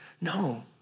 No